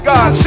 God